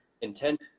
intent